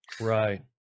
right